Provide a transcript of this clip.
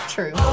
True